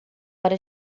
para